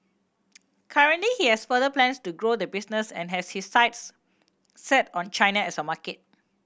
currently he has further plans to grow the business and has his sights set on China as a market